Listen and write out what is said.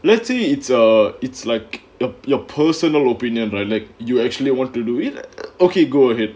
let's see it's err it's like err your personal opinion right like you actually wanted to do it like okay go ahead